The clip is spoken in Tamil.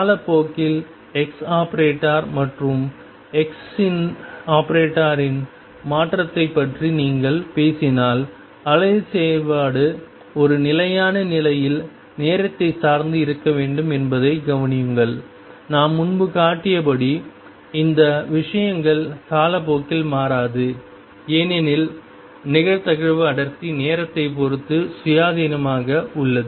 காலப்போக்கில் ⟨x⟩ மற்றும் ⟨x⟩ இன் மாற்றத்தைப் பற்றி நீங்கள் பேசினால் அலை செயல்பாடு ஒரு நிலையான நிலையில் நேரத்தை சார்ந்து இருக்க வேண்டும் என்பதைக் கவனியுங்கள் நாம் முன்பு காட்டியபடி இந்த விஷயங்கள் காலப்போக்கில் மாறாது ஏனெனில் நிகழ்தகவு அடர்த்தி நேரத்தை பொருத்து சுயாதீனமாக உள்ளது